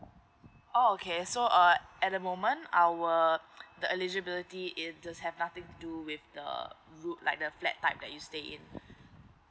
oh okay so uh at the moment I will the eligibility it does have nothing do with the room like the flat type that you stay in